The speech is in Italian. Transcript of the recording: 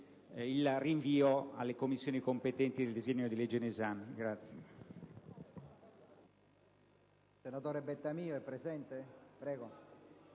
il rinvio alle Commissioni competenti del disegno di legge in esame.